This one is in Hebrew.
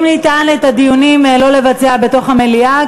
אם ניתן את הדיונים לא לבצע בתוך המליאה,